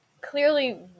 clearly